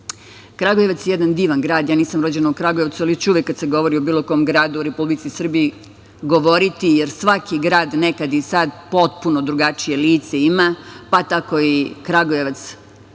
dece. Kragujevac je jedan divan grad. Ja nisam rođena u Kragujevcu, ali ću uvek kad se govorio o bilo kom gradu u Republici Srbiji govoriti, jer svaki grad nekad i sad potpuno drugačije lice ima, pa tako i Kragujevac,